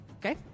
Okay